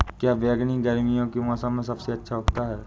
क्या बैगन गर्मियों के मौसम में सबसे अच्छा उगता है?